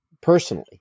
personally